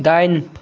दाइन